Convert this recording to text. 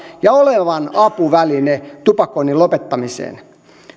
ja olevan apuväline tupakoinnin lopettamiseen